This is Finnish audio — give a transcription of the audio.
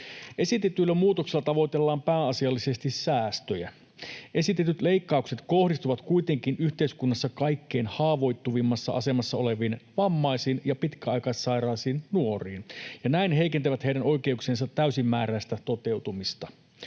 ”Esitetyillä muutoksilla tavoitellaan pääasiallisesti säästöjä. Esitetyt leikkaukset kohdistuvat kuitenkin yhteiskunnassa kaikkein haavoittuvimmassa asemassa oleviin vammaisiin ja pitkäaikaissairaisiin nuoriin ja näin heikentävät heidän oikeuksiensa täysimääräistä toteutumista.